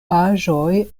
aĵoj